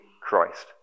Christ